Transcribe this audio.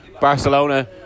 Barcelona